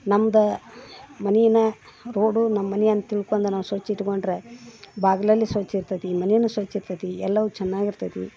ನಮ್ದು ಮನೇನ ರೋಡು ನಮ್ಮಮನೆ ಅಂತ ತಿಳ್ಕೊಂಡು ನಾವು ಸ್ವಚ್ಚ ಇಟ್ಕೊಂಡ್ರೆ ಬಾಗಿಲಲ್ಲಿ ಸ್ವಚ್ಚ ಇರ್ತದೆ ಈ ಮನೇನು ಸ್ವಚ್ಚ ಇರ್ತದೆ ಎಲ್ಲವು ಚೆನ್ನಾಗಿರ್ತದೆ